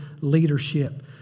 leadership